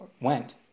went